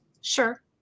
Sure